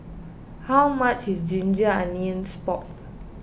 how much is Ginger Onions Pork